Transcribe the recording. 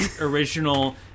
original